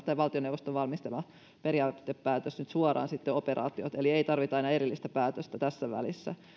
tämä valtioneuvoston valmistelema periaatepäätös suoraan operaatiot eli ei tarvita enää erillistä päätöstä tässä välissä